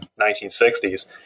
1960s